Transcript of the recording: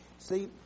See